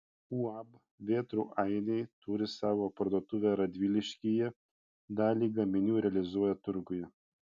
uab vėtrų ainiai turi savo parduotuvę radviliškyje dalį gaminių realizuoja turguje